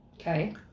Okay